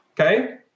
Okay